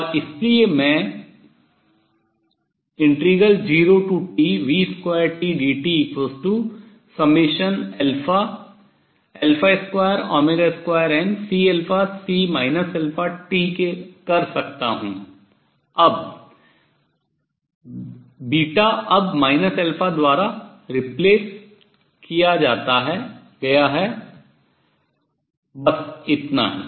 और इसलिए मैं 0Tv2tdt 22CC T कर सकता हूँ β अब α द्वारा replace प्रतिस्थापित किया गया है बस इतना ही